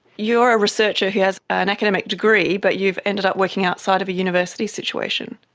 you are a researcher who has an academic degree but you've ended up working outside of a university situation.